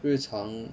日常